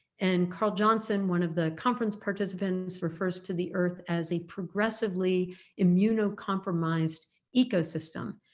and karl johnson, one of the conference participants, refers to the earth as a progressively immunocompromised ecosystem.